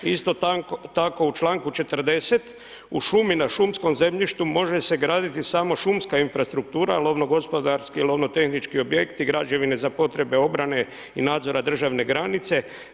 Isto tako u članku 40 u šumi na šumskom zemljištu može se graditi samo šumska infrastruktura lovnogospodarske i lovno-tehnički objekti, građevine za potrebe obrane i nadzora državne granice.